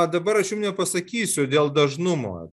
dabar aš jum nepasakysiu dėl dažnumo